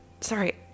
sorry